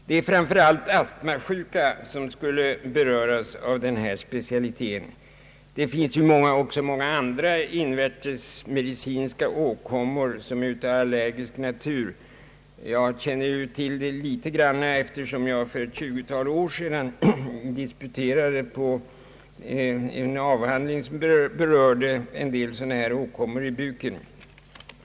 Det är framför allt astmasjuka som skulle beröras av denna specialitet, men det finns också många andra invärtes medicinska åkommor som är av allergisk natur. Jag känner till detta en smula, eftersom jag för drygt 20 år sedan disputerade på en avhandling rörande en del sådana åkommor i buken.